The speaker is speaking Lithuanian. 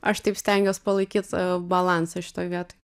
aš taip stengiuos palaikyt a balansą šitoj vietoj